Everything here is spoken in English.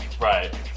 Right